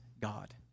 God